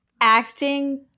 acting